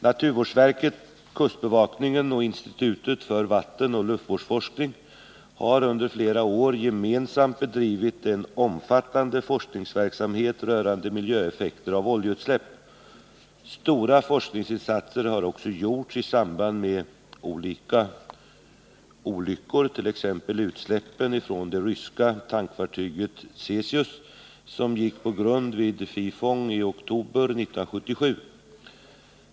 Naturvårdsverket, kustbevakningen och institutet för vattenoch luftvårdsforskning har under flera år gemensamt bedrivit en omfattande forskningsverksamhet rörande miljöeffekter av oljeutsläpp. Stora forskningsinsatser har också gjorts i samband med olika olyckor, t.ex. utsläppen från det ryska tankfartyget Tsesis, som gick på grund vid Fifång i oktober 1977.